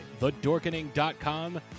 thedorkening.com